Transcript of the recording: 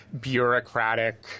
bureaucratic